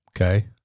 Okay